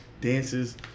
dances